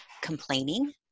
complaining